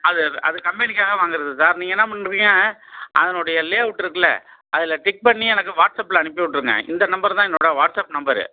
அது அது கம்பெனிக்காக வாங்கிறது சார் நீங்கள் என்னப் பண்ணுறீங்க அதுனுடைய லேஅவுட் இருக்குல்ல அதில் டிக் பண்ணி எனக்கு வாட்ஸப்பில் அனுப்பி விட்ருங்க இந்த நம்பர் தான் என்னோடய வாட்ஸப் நம்பரு